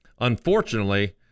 unfortunately